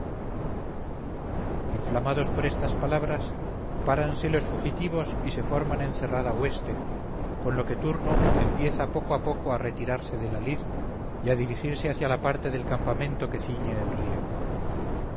inflamados por estas palabras páranse los fugitivos y se forman en cerrada hueste con lo que turno empieza poco a poco a retirarse de la lid y a dirigirse hacia la parte del campamento que ciñe el río